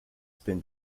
spin